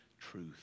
truth